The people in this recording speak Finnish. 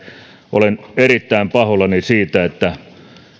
olen erittäin pahoillani siitä että